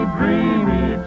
dreamy